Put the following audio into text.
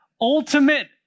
ultimate